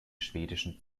schwedischen